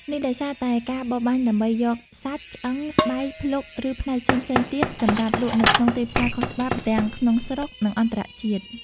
នេះដោយសារតែការបរបាញ់ដើម្បីយកសាច់ ឆ្អឹង ស្បែក ភ្លុក ឬផ្នែកផ្សេងៗទៀតសម្រាប់លក់នៅក្នុងទីផ្សារខុសច្បាប់ ទាំងក្នុងស្រុក និងអន្តរជាតិ។